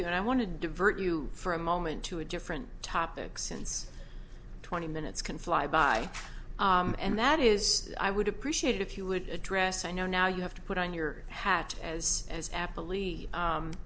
you and i want to divert you for a moment to a different topic since twenty minutes can fly by and that is i would appreciate if you would address i know now you have to put on your hat as as